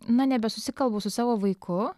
na nebesusikalbu su savo vaiku